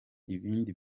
ibindi